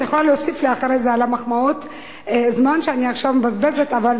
את יכולה להוסיף לי אחרי זה את הזמן שאני עכשיו מבזבזת על המחמאות,